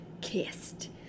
Kissed